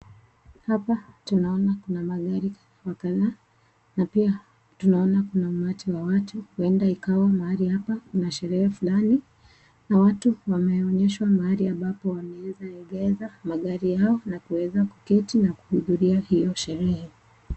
Hapa tunaona kuna gari inaonekana na pia tunaona kuna umati wa watu huenda mahali hapa kuna sherehe fulani na watu wameonyeshwa mahali ambapo wanaweza ekeza magari Yao na kuweza kuketi na kuhudhuria hiyo sherehe.